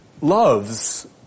loves